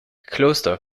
kloster